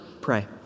pray